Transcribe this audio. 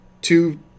two